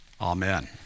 Amen